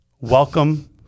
welcome